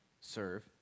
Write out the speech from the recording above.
serve